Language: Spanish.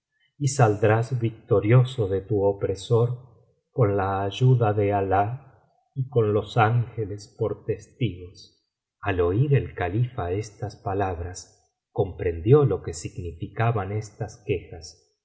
y saldrás victorioso de tu opresor con la ayuda de alah y con los ángeles por testigos al oir el califa estas palabras comprendió lo que significaban estas quejas